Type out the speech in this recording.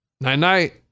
night-night